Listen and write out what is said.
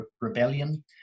rebellion